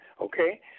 Okay